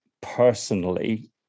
personally